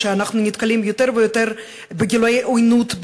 שאנחנו נתקלים יותר ויותר בגילויי עוינות,